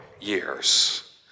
years